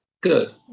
Good